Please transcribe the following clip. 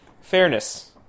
fairness